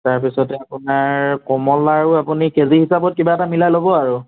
তাৰপিছতে আপোনাৰ কমলা আৰু আপুনি কেজি হিচাপত কিবা এটা মিলাই ল'ব আৰু